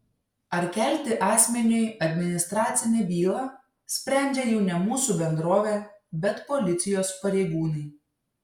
ar kelti asmeniui administracinę bylą sprendžia jau ne mūsų bendrovė bet policijos pareigūnai